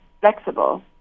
flexible